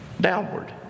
downward